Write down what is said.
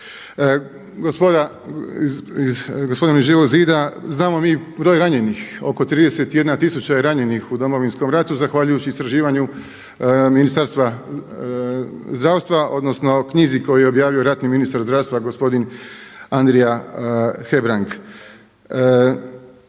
Gospoda iz Živog zida znamo mi broj ranjenih oko 31000 je ranjenih u Domovinskom ratu zahvaljujući istraživanju Ministarstva zdravstva, odnosno knjizi koju je objavio ratni ministar zdravstva gospodin Andrija Hebrang.